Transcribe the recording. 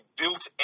built